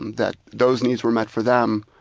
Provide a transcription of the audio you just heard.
that those needs were met for them,